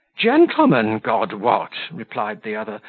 gentleman, god wot! replied the other,